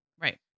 right